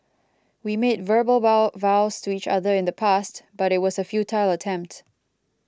we made verbal vow vows to each other in the past but it was a futile attempt